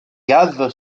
gave